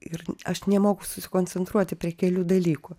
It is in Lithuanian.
ir aš nemoku susikoncentruoti prie kelių dalykų